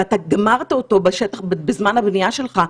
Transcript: ואתה גמרת אותו בשטח בזמן הבנייה שלך,